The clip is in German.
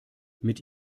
mit